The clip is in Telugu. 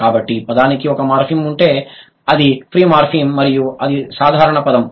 కాబట్టి పదానికి ఒకే మార్ఫిమ్ ఉంటే అది ఫ్రీ మార్ఫిమ్ మరియు అది సాధారణ పదం